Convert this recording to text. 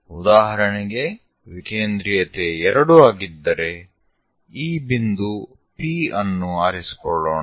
ಉದಾಹರಣೆಗೆ ವಿಕೇಂದ್ರೀಯತೆ 2 ಆಗಿದ್ದರೆ ಈ ಬಿಂದು P ಅನ್ನು ಆರಿಸಿಕೊಳ್ಳೋಣ